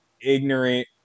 ignorant